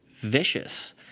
vicious